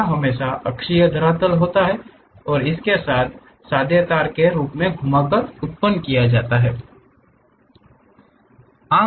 यह हमेशा अक्षीय धरातल होता है और इसे एक सादे तार के रूप में घुमाकर उत्पन्न किया जा सकता है